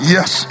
Yes